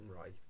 right